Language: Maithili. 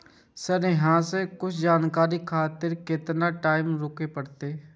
सर अहाँ से कुछ जानकारी खातिर केतना टाईम रुके परतें?